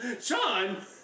Sean